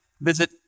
Visit